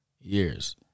years